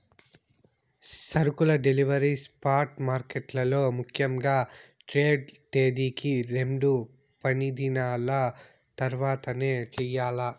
సరుకుల delivery spot మార్కెట్లలో ముఖ్యంగా ట్రేడ్ తేదీకి రెండు పనిదినాల తర్వాతనే చెయ్యాల్ల